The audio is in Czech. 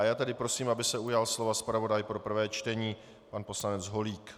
Já tedy prosím, aby se ujal slova zpravodaj pro prvé čtení pan poslanec Holík.